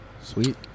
Sweet